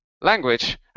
language